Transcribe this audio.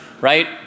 right